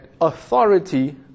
authority